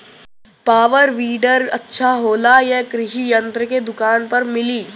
Power weeder अच्छा होला यह कृषि यंत्र के दुकान पर मिली?